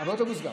אוטובוס גם.